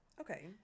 Okay